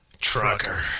Trucker